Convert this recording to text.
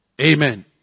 Amen